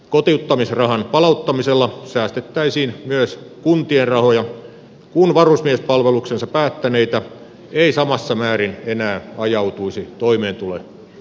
kotiuttamisrahan palauttamisella säästettäisiin myös kuntien rahoja kun varusmiespalveluksensa päättäneitä ei samassa määrin enää ajautuisi toimeentulotuen piiriin